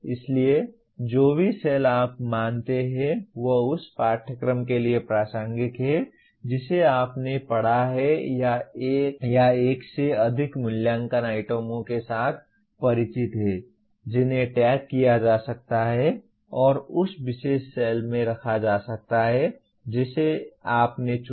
इसलिए जो भी सेल आप मानते हैं वह उस पाठ्यक्रम के लिए प्रासंगिक है जिसे आपने पढ़ा है या एक या एक से अधिक मूल्यांकन आइटमों के साथ परिचित हैं जिन्हें टैग किया जा सकता है और उस विशेष सेल में रखा जा सकता है जिसे आपने चुना है